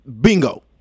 Bingo